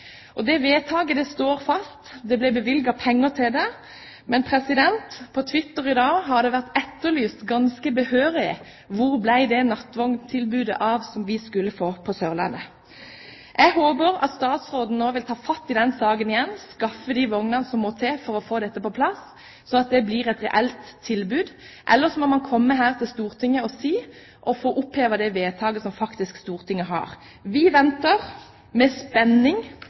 står fast, det ble bevilget penger til det, men på twitter i dag har det vært etterlyst ganske behørig hvor det ble av nattvogntilbudet som vi skulle få på Sørlandet. Jeg håper at statsråden nå vil ta tak i denne saken igjen, skaffe de vognene som må til for å få dette på plass, slik at det blir et reelt tilbud. Ellers må man komme til Stortinget for å få opphevet det vedtaket som Stortinget faktisk har fattet. Vi venter med spenning